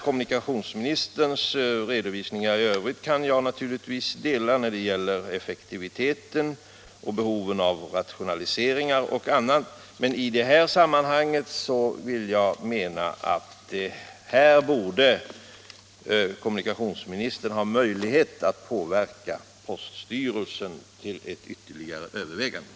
Kommunikationsministerns uppfattning när det gäller effektivitet, behovet av rationalisering och annat kan jag naturligtvis dela, men i den fråga det här gäller anser jag att kommunikationsministern borde ha möjlighet att påverka poststyrelsen till ytterligare överväganden.